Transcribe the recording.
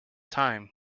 time